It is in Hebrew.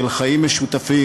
של חיים משותפים,